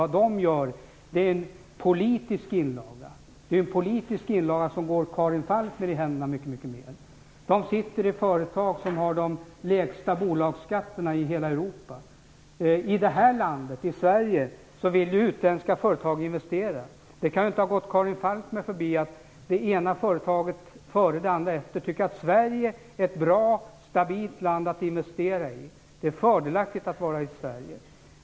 Vad de gör är en politisk inlaga. Den går Karin Falkmer i händerna i mycket större utsträckning. De sitter i företag som har de lägsta bolagsskatterna i hela Europa. I detta land - i Sverige - vill de utländska företagen investera. Det kan inte ha gått Karin Falkmer förbi att det ena företaget efter det andra tycker att Sverige är ett bra och stabilt land att investera i. Det är fördelaktigt att vara i Sverige.